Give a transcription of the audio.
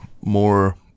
more